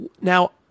now